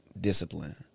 discipline